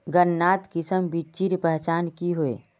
गन्नात किसम बिच्चिर पहचान की होय?